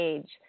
Age